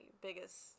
biggest